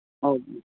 हजुर